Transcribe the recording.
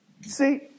See